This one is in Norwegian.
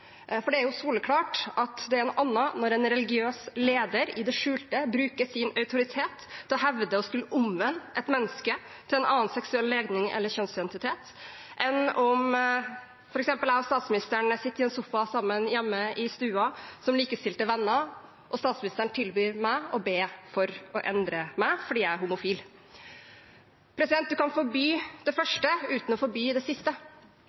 For det er jo soleklart at det er noe annet når en religiøs leder i det skjulte bruker sin autoritet til å hevde å kunne omvende et menneske til en annen seksuell legning eller kjønnsidentitet, enn om f.eks. jeg og statsministeren sitter sammen i sofaen hjemme i stuen som likestilte venner og statsministeren tilbyr seg å be for å endre meg fordi jeg er homofil. Man kan forby det første uten å forby det siste.